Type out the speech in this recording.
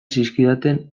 zizkidaten